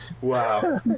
Wow